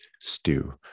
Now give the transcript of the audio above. stew